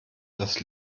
dass